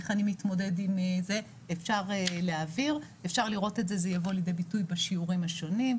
זה יבוא לידי ביטוי בשיעורים השונים.